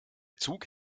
zug